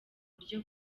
buryo